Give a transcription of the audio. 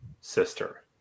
sister